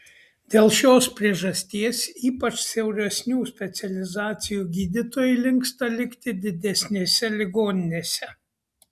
dėl šios priežasties ypač siauresnių specializacijų gydytojai linksta likti didesnėse ligoninėse